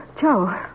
Joe